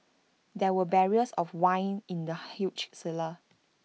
there were barrels of wine in the huge cellar